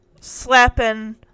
slapping